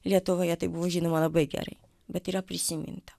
lietuvoje tai buvo žinoma labai gerai bet yra prisiminta